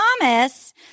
Thomas